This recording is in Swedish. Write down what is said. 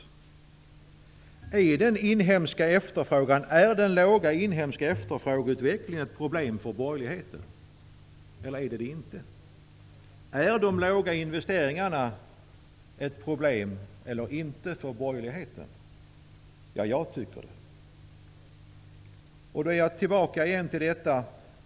Är den låga inhemska efterfrågeutvecklingen ett problem eller inte för borgerligheten? Är de låga investeringarna ett problem eller inte för borgerligheten? Jag tycker att det är problem.